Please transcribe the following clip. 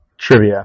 Trivia